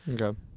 Okay